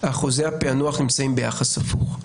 אחוזי הפענוח נמצאים ביחס הפוך.